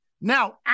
Now